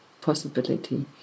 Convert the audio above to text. possibility